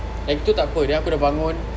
time tu takpe then aku dah bangun